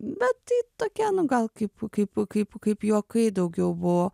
bet tai tokia nu gal kaip kaip kaip kaip juokai daugiau buvo